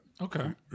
Okay